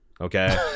okay